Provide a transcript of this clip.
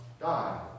die